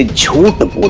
ah truth, it